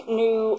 new